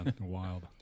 wild